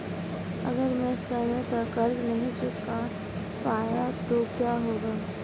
अगर मैं समय पर कर्ज़ नहीं चुका पाया तो क्या होगा?